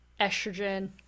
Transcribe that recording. estrogen